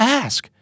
ask